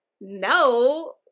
no